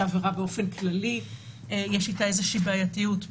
או כשהעבירה באופן כללי יש איתה איזושהי בעייתיות.